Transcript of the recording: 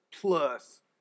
plus